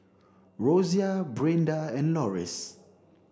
Rosia Brinda and Loris